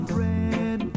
red